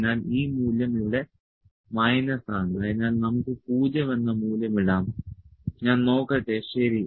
അതിനാൽ ഈ മൂല്യം ഇവിടെ മൈനസ് ആണ് അതിനാൽ നമുക്ക് 0 എന്ന മൂല്യം ഇടാം ഞാൻ നോക്കട്ടെ ശരി